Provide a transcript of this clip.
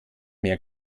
mehr